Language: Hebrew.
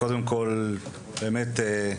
באמת,